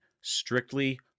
strictly